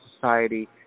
Society